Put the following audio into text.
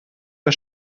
der